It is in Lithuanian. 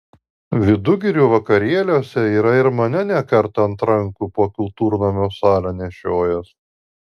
vidugirių vakarėliuose yra ir mane ne kartą ant rankų po kultūrnamio salę nešiojęs